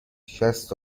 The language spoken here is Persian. شصت